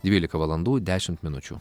dvylika valandų dešimt minučių